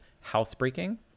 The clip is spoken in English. Housebreaking